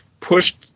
pushed